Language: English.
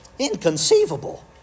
inconceivable